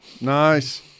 Nice